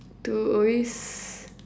to always